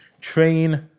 train